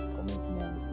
Commitment